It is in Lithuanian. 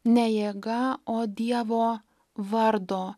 ne jėga o dievo vardo